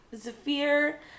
Zafir